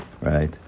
right